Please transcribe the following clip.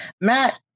matt